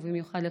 ובמיוחד לך,